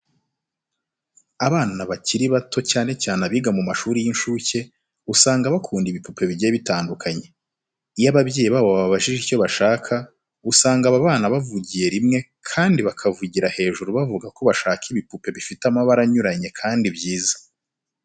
Abana bakiri bato cyane cyane abiga mu mashuri y'incuke usanga bakunda ibipupe bigiye bitandukanye. Iyo ababyeyi babo bababajije icyo bashaka, usanga aba bana bavugiye rimwe kandi bakavugira hejuru bavuga ko bashaka ibipupe bifite amabara anyuranye kandi byiza.